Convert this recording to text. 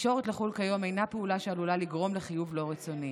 תקשורת לחו"ל כיום אינה פעולה שעלולה לגרום לחיוב לא רצוני.